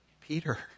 Peter